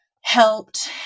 helped